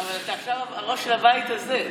אבל אתה עכשיו הראש של הבית הזה.